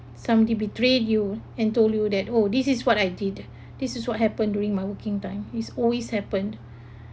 somebody betrayed you and told you that oh this is what I did this is what happened during my working time is always happened